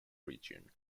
region